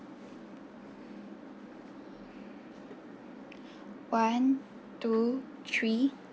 one two three